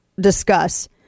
discuss